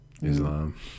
Islam